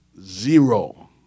zero